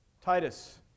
Titus